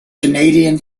canadian